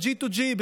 ב-G2G,